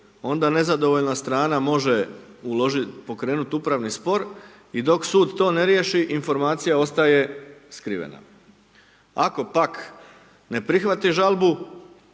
onda nezadovoljna strana može uložiti, pokrenuti upravni spor i dok sud to ne riješi, informacija ostaje skrivena. Ako pak ne prihvati žalbu,